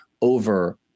over